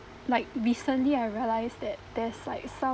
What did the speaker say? like recently I realize that there's like some